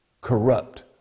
corrupt